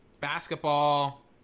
Basketball